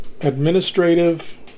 administrative